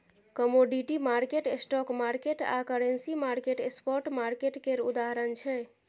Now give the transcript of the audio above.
commodity market, stock market आ currency market spot market केर उदाहरण छै